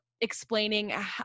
explaining